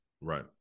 Right